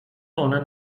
one